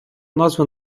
назва